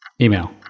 Email